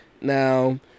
Now